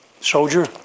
Soldier